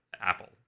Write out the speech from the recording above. Apple